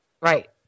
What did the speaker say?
Right